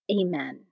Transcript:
Amen